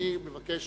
אדוני מבקש